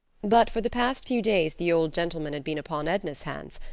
but for the past few days the old gentleman had been upon edna's hands,